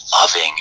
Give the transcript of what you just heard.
loving